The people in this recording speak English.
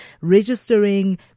registering